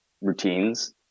routines